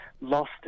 lost